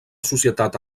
societat